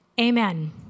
amen